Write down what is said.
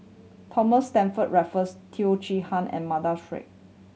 Thomas Stamford Raffles Teo Chee Hean and Mardan